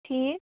ٹھیٖک